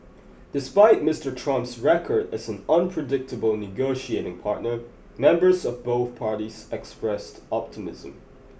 despite Mister Trump's record as an unpredictable negotiating partner members of both parties expressed optimism